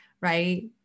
right